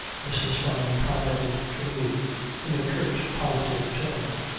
mrs. fyne commented to me in a curt positive tone.